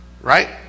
right